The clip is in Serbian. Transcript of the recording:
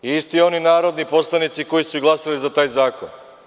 Isti oni narodni poslanici koji su i glasali za taj zakon.